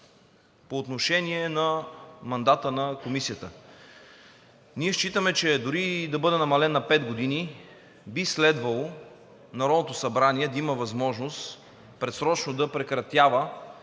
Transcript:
По отношение мандата на Комисията. Ние считаме, дори да бъде намален на пет години, че би следвало Народното събрание да има възможност предсрочно да прекратява